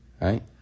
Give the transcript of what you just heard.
Right